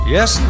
Yes